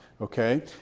okay